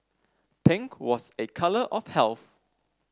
pink was a colour of health